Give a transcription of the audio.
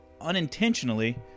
unintentionally